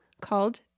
Called